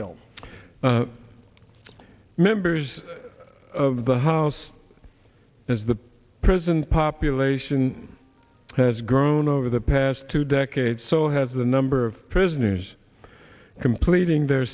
bill members of the house as the prison population has grown over the past two decades so has the number of prisoners completing their